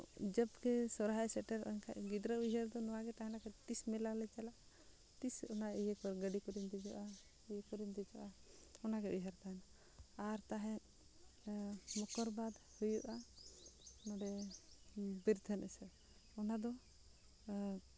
ᱡᱚᱵᱽ ᱜᱮ ᱥᱚᱦᱨᱟᱭ ᱥᱮᱴᱮᱨᱚᱜᱼᱟ ᱮᱱᱠᱷᱟᱱ ᱜᱤᱫᱽᱨᱟᱹ ᱩᱭᱦᱟᱹᱨ ᱫᱚ ᱱᱚᱣᱟᱜᱮ ᱛᱟᱦᱮᱱᱟ ᱠᱤ ᱛᱤᱥ ᱢᱮᱞᱟ ᱞᱮ ᱪᱟᱞᱟᱜ ᱛᱤᱥ ᱚᱱᱟ ᱜᱟᱹᱰᱤ ᱠᱚᱨᱮᱧ ᱫᱮᱡᱚᱜᱼᱟ ᱤᱭᱟᱹ ᱠᱚᱨᱮᱧ ᱫᱮᱡᱚᱜᱼᱟ ᱚᱱᱟᱜᱮ ᱩᱭᱦᱟᱹᱨ ᱛᱟᱦᱮᱱᱟ ᱟᱨ ᱛᱟᱦᱮᱸᱫ ᱢᱚᱠᱚᱨ ᱵᱟᱫᱽ ᱦᱩᱭᱩᱜᱼᱟ ᱱᱚᱰᱮ ᱵᱤᱨᱛᱷᱟ ᱚᱱᱟᱫᱚ